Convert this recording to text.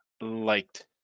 liked